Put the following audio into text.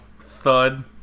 thud